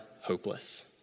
Hopeless